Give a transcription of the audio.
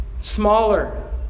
smaller